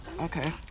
Okay